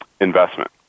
investment